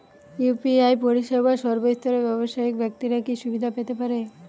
UPI পরিসেবা সর্বস্তরের ব্যাবসায়িক ব্যাক্তিরা কি সুবিধা পেতে পারে?